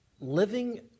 living